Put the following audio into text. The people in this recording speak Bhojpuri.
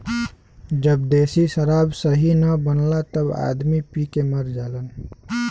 जब देशी शराब सही न बनला तब आदमी पी के मर जालन